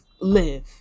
live